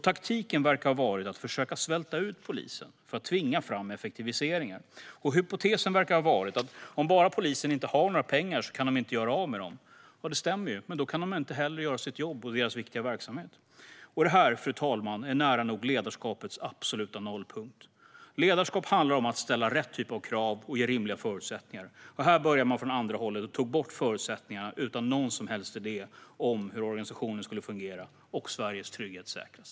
Taktiken verkar ha varit att försöka svälta ut polisen för att tvinga fram effektiviseringar. Hypotesen verkar ha varit att om polisen inte har några pengar kan de heller inte göra av med dem. Det stämmer ju, men då kan de heller inte göra sitt jobb och sköta sitt viktiga uppdrag. Detta, fru talman, är nära nog ledarskapets absoluta nollpunkt. Ledarskap handlar om att ställa rätt typ av krav och att ge rimliga förutsättningar. Här började man dock från andra hållet och tog bort förutsättningarna utan någon som helst idé om hur organisationen skulle fungera eller hur Sveriges trygghet skulle säkras.